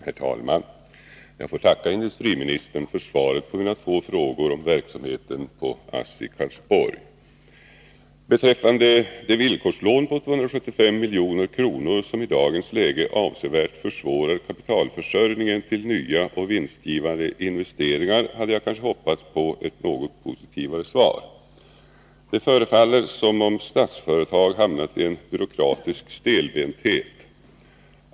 Herr talman! Jag får tacka industriministern för svaren på mina två frågor om verksamheten vid ASSI Karlsborg. Beträffande det villkorslån på 275 milj.kr. som i dagens läge avsevärt försvårar kapitalförsörjningen när det gäller nya och vinstgivande investeringar, hade jag kanske hoppats på ett något positivare svar. Det förefaller som om Statsföretag AB hamnat i en byråkratisk stelbenthet.